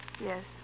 Yes